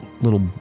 little